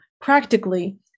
practically